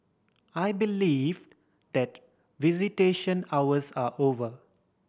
I believe that visitation hours are over